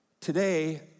Today